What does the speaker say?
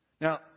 Now